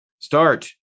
Start